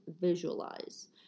visualize